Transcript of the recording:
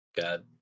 God